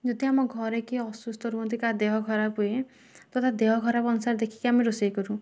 ଯଦି ଆମ ଘରେ କିଏ ଅସୁସ୍ଥ ରୁହନ୍ତି କାହା ଦେହ ଖରାପ ହୁଏ ତ ତା ଦେହ ଖରାପ ଅନୁସାରେ ଦେଖିକି ଆମେ ରୋଷେଇ କରୁ